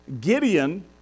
Gideon